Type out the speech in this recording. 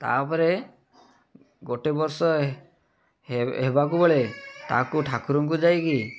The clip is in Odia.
ତାପରେ ଗୋଟେ ବର୍ଷ ହେବାକୁ ବଳେ ତାକୁ ଠାକୁରଙ୍କୁ ଯାଇକି